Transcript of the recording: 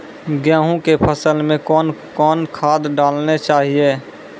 गेहूँ के फसल मे कौन कौन खाद डालने चाहिए?